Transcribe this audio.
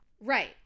Right